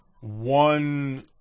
one